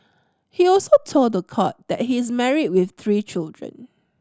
he also told the court that he is married with three children